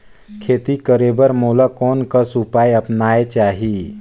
खेती करे बर मोला कोन कस उपाय अपनाये चाही?